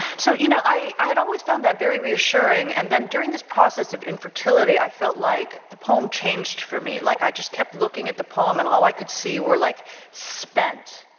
so you know i had always found that very reassuring and then during this process of infertility i felt like the poem changed for me, like i just kept looking at the poem and all i could see were like spent,